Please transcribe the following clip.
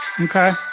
Okay